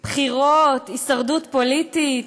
בחירות, הישרדות פוליטית?